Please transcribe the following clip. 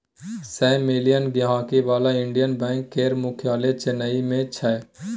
सय मिलियन गांहिकी बला इंडियन बैंक केर मुख्यालय चेन्नई मे छै